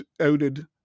outed